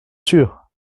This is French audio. sûr